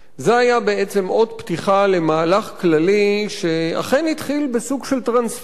זה היה אות פתיחה למהלך כללי שאכן התחיל בסוג של טרנספר.